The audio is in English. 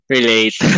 Relate